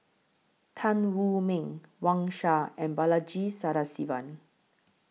Tan Wu Meng Wang Sha and Balaji Sadasivan